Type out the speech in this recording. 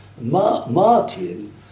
Martin